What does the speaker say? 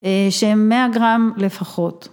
שהם 100 גרם לפחות.